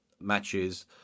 Matches